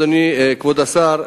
אדוני כבוד השר,